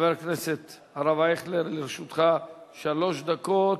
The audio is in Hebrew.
חבר הכנסת הרב אייכלר, לרשותך שלוש דקות.